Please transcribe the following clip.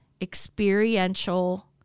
experiential